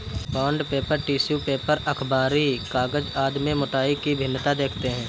bond paper, tissue paper, अखबारी कागज आदि में मोटाई की भिन्नता देखते हैं